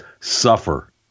suffer